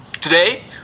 Today